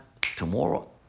tomorrow